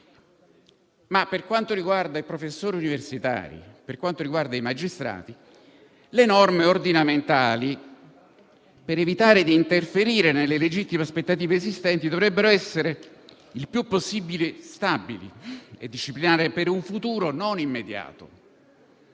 ma per quanto riguarda i professori universitari e i magistrati, le norme ordinamentali, per evitare di interferire nelle legittime aspettative esistenti, dovrebbero essere il più possibile stabili e disciplinare un futuro non immediato.